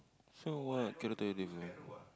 so what cannot do anything to him